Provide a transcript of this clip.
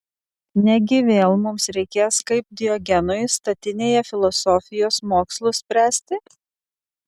negi vėl mums reikės kaip diogenui statinėje filosofijos mokslus spręsti